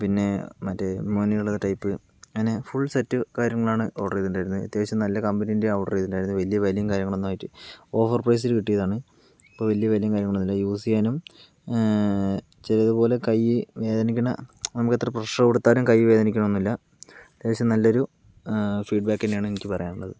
പിന്നെ മറ്റേ മുനയുള്ള ടൈപ്പ് അങ്ങനെ ഫുൾ സെറ്റ് കാര്യങ്ങളാണ് ഓർഡർ ചെയ്തിട്ടുണ്ടായിരുന്നത് അത്യാവശ്യം നല്ല കമ്പനിൻ്റെയാണ് ഓർഡർ ചെയ്തിട്ടുണ്ടായിരുന്നത് വലിയ വിലയും കാര്യങ്ങളൊന്നും ആയിട്ട് ഓഫർ പ്രൈസിൽ കിട്ടിയതാണ് അപ്പോൾ വല്യ വിലയും കാര്യങ്ങളൊന്നുമില്ല യൂസ് ചെയ്യാനും ചിലതു പോലെ കൈ വേദനിക്കണ നമുക്ക് എത്ര പ്രഷർ കൊടുത്താലും കൈ വേദനിക്കണൊന്നുമില്ല അത്യാവശ്യം നല്ലൊരു ഫീഡ്ബാക്ക് തന്നെയാണ് എനിക്ക് പറയാനുള്ളത്